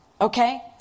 okay